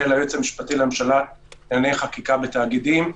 ליועץ המשפטי לממשלה לענייני חקיקה ותאגידים.